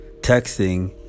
texting